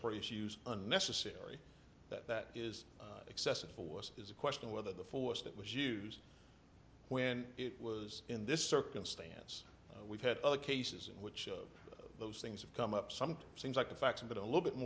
spray issues unnecessarily that is excessive force is the question whether the force that was used when it was in this circumstance we've had other cases in which of those things have come up some things like the fact that a little bit